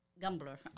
Gambler